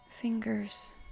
fingers